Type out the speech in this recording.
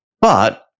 But-